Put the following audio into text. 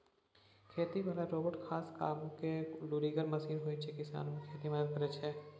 खेती बला रोबोट खास काजमे लुरिगर मशीन होइ छै किसानकेँ खेती मे मदद करय छै